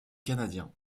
canadiens